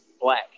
black